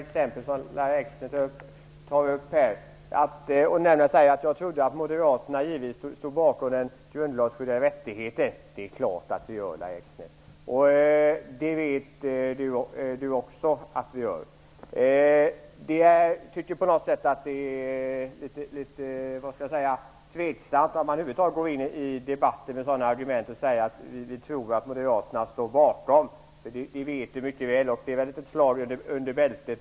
Herr talman! Lahja Exner säger att hon trodde att Moderaterna fortfarande stod bakom den grundlagsskyddade yttrandefriheten. Det är klart att vi gör det, och det vet Lahja Exner mycket väl. Det är litet tveksamt om man skall gå in i en debatt med sådana argument. Det är ett slag under bältet.